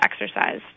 exercise